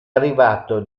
arrivato